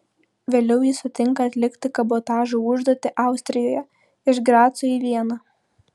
vėliau jis sutinka atlikti kabotažo užduotį austrijoje iš graco į vieną